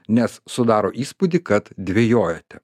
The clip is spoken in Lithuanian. nes sudaro įspūdį kad dvejojate